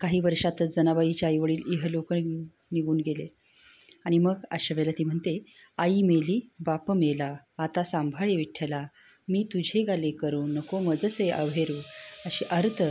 काही वर्षातच जनाबाईचे आई वडील इहलोक निघून गेले आणि मग अशा वेळेला ती म्हणते आई मेली बाप मेला आता सांभाळी विठ्ठला मी तुझे गाली करू नको मजसे अव्हेरू अशी आर्त